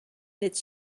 its